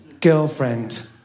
girlfriend